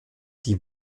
die